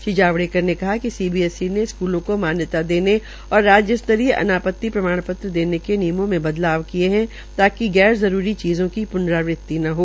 श्री जावड़ेकर ने कहा कि सीबीएसई ने स्कूलों को मान्यता देने और राज्य स्तरीय अनापति प्रमाण पत्र देने के नियमों में बदलाव किया है ताकि गैर जरूरी चीजों की पनवर्ति न हो